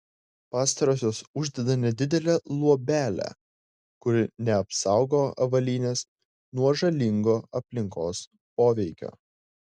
pastarosios uždeda nedidelę luobelę kuri neapsaugo avalynės nuo žalingo aplinkos poveikio